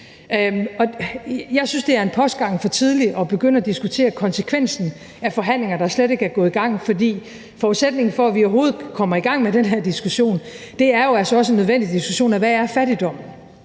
Jeg synes, det er en postgang for tidligt at begynde at diskutere konsekvensen af forhandlinger, der slet ikke er gået i gang, for forudsætningen for, at vi overhovedet kommer i gang med den her diskussion, er jo altså også en nødvendig diskussion af, hvad fattigdom er.